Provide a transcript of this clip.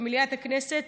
במליאת הכנסת,